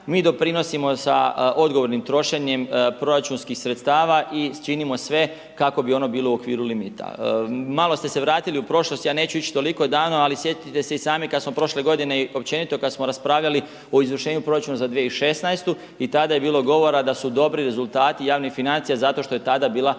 Mi doprinosimo sa odgovornim trošenjem proračunskih sredstava i činimo sve kako bi ono bilo u okviru limita. Malo ste se vratili u prošlost, ja neću ići toliko davno, ali sjetite se i sami kada smo prošle godine, općenito, kada smo raspravljali o izvršenju proračuna za 2016. i tada je bilo govora da su dobri rezultati javnih financija zato što je tada bila dobrim